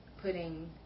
putting